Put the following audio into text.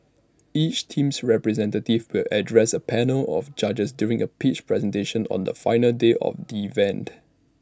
each team's representative will address A panel of judges during A pitch presentation on the final day of the event